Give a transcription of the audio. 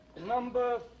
number